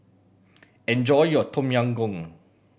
enjoy your Tom Yam Goong